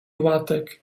łatek